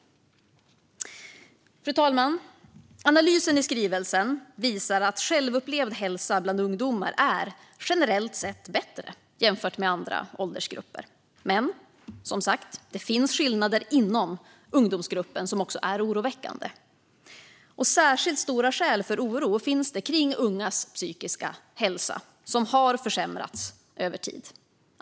Fru talman! Analysen i skrivelsen visar att självupplevd hälsa bland ungdomar är generellt sett bättre jämfört med andra åldersgrupper. Men, som sagt, det finns också skillnader inom ungdomsgruppen som är oroväckande. Särskilt stora skäl för oro finns för ungas psykiska hälsa, som har försämrats över tid.